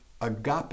agape